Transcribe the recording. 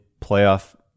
playoff